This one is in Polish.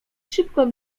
szybko